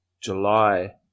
July